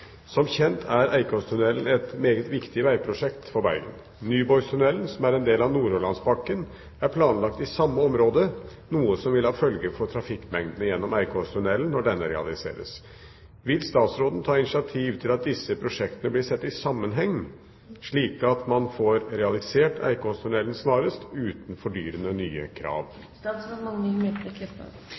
Som kjent er Eikåstunnelen et meget viktig vegprosjekt for Bergen. Nyborgtunnelen, som er en del av Nordhordlandspakken, er planlagt i samme område, noe som vil ha følger for trafikkmengdene gjennom Eikåstunnelen når denne realiseres. Vil statsråden ta initiativ til at disse prosjektene blir sett i sammenheng, slik at man får realisert Eikåstunnelen snarest, uten fordyrende nye krav?»